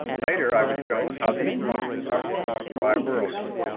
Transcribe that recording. later, i was shown how these functions are performed by whirlwind.